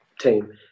team